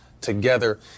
together